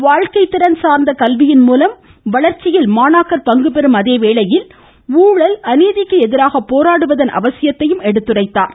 வாழ்க்கைத் திறன் சார்ந்த கல்வியின் மூலம் வளர்ச்சியில் மாணாக்கர் பங்குபெறும் அதே வேளையில் ஊழல் அநீதிக்கு எதிராக போராடுவதன் அவசியத்தையும் எடுத்துரைத்தார்